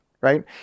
right